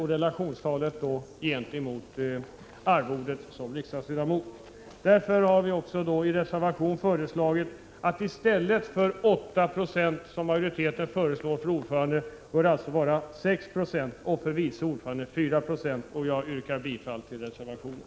Därför har vi i reservation föreslagit att tilläggsarvodet för ordförande i utskott, i stället för 8 26 som majoriteten föreslår, skall vara 6 20 och för vice ordförande i utskott 2 20 av ledamotsarvodet. Jag yrkar bifall till reservationen.